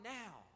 now